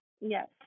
Yes